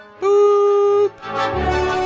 Boop